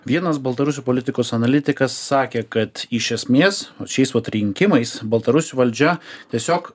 vienas baltarusių politikos analitikas sakė kad iš esmės šiais vat rinkimais baltarusių valdžia tiesiog